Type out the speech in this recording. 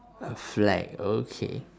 a flag okay